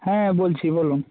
হ্যাঁ বলছি বলুন